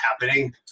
happening